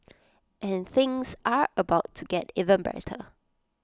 and things are about to get even better